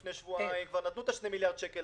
לפני שבועיים כבר נתנו 2 מיליארד שקל,